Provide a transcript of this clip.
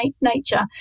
nature